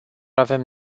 avem